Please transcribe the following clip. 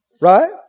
right